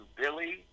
billy